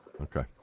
Okay